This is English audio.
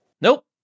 Nope